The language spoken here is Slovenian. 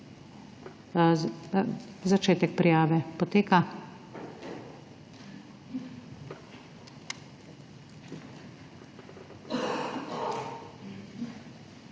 Začetek prijave, poteka.